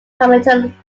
hamilton